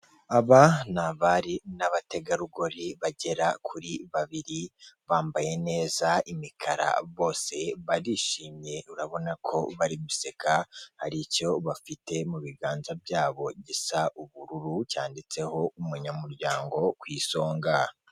Aba ni abari n'abategarugori bagera kuri babiri, bambaye neza imikara bose barishimye urabona ko bari guseka, hari icyo bafite mu biganza byabo gisa ubururu cyanditseho umunyamuryango ku isonga.